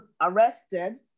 arrested